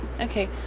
okay